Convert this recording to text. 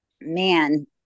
man